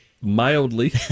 mildly